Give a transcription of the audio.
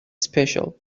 special